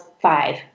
five